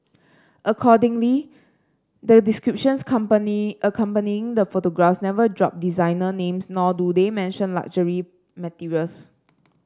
accordingly the descriptions accompanying the photographs never drop designer names nor do they mention luxury materials